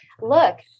Look